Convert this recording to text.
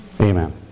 Amen